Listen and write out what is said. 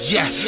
Yes